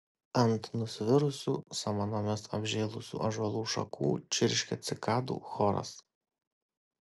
ant nusvirusių samanomis apžėlusių ąžuolų šakų čirškė cikadų choras